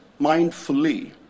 mindfully